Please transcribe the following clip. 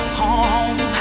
home